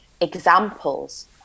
examples